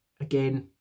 again